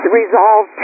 resolve